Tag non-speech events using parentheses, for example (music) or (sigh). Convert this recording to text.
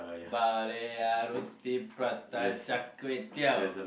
(noise) roti prata char-kway-teow